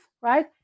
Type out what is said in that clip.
right